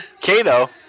Kato